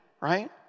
right